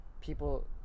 people